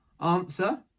Answer